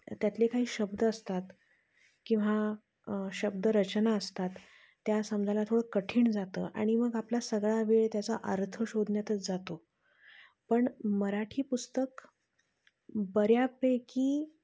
त्यातले काही शब्द असतात किंवा शब्दरचना असतात त्या समजायला थोडं कठीण जातं आणि मग आपला सगळा वेळ त्याचा अर्थ शोधण्यातच जातो पण मराठी पुस्तक बऱ्यापैकी